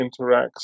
interacts